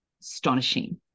astonishing